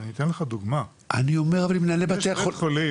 אני אתן לך דוגמה -- אני אומר למנהלי בתי החולים